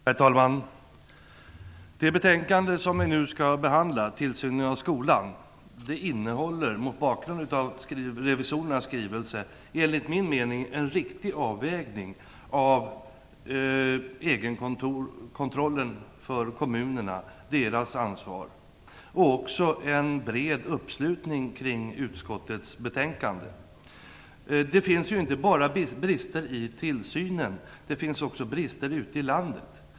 Herr talman! Det betänkande som kammaren nu har att behandla - Tillsyn av skolan - innehåller mot bakgrund av revisorernas skrivelse, enligt min mening, en riktig avvägning när det gäller kommunernas egenkontroll och ansvar. Det är också en bred uppslutning kring utskottets betänkande. Det finns inte bara brister i tillsynen. Det finns också brister ute i landet.